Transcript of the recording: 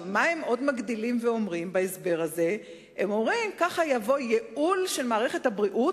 הם עוד מגדילים ואומרים בהסבר הזה שכך יבוא ייעול של מערכת הבריאות,